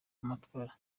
amatwara